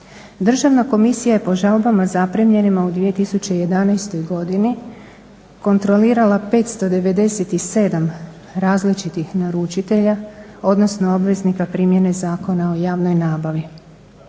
Državna komisija je po žalbama zaprimljenima u 2011. godini kontrolirala 597 različitih naručitelja, odnosno obveznika primjene Zakona o javnoj nabavi.